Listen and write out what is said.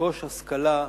לרכוש השכלה ומקצוע.